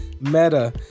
Meta